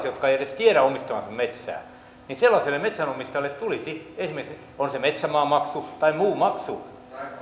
jotka eivät edes tiedä omistavansa metsää niin sellaiselle metsänomistajalle tulisi esimerkiksi metsämaamaksu tai muu maksu